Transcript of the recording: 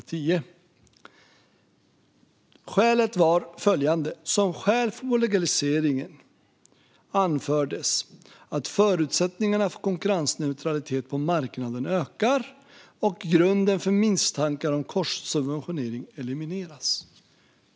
Mitt svar var följande: "Som skäl för bolagiseringen anfördes bland annat att förutsättningarna för konkurrensneutralitet på marknaden ökar och att grunden för misstankar om korssubventionering elimineras."